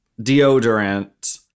deodorant